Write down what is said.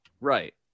Right